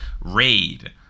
Raid